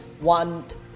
want